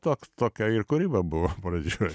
toks tokia ir kūryba buvo pradžioj